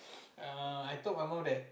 err I told my mum that